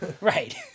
Right